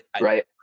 right